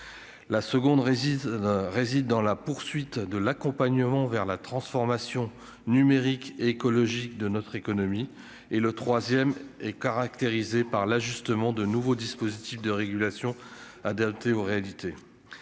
réside réside dans la poursuite de l'accompagnement vers la transformation numérique écologique de notre économie et le 3ème est caractérisée par l'ajustement de nouveaux dispositifs de régulation adaptée aux réalités,